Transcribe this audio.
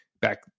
back